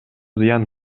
зыян